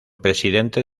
presidente